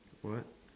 what